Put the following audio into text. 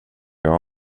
jag